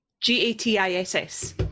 G-A-T-I-S-S